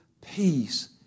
peace